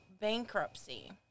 bankruptcy